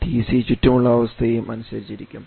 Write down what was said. TC ചുറ്റുമുള്ള അവസ്ഥയെയും അനുസരിച്ചിരിക്കും